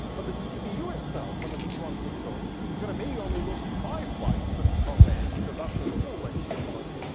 but the cpu itself, when it runs this code, is going to maybe only look five bytes and from the and because that's the real length of the instruction.